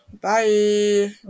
Bye